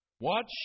watch